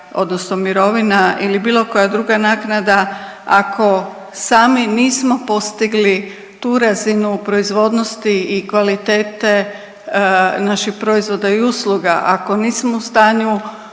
odnosno mirovina ili bilo koja druga naknada ako sami nismo postigli tu razinu u proizvodnosti i kvalitete naših proizvoda i usluga, ako nismo u stanju